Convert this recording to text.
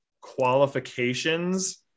qualifications